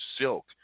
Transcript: Silk